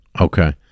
Okay